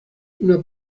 una